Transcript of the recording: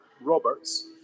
Roberts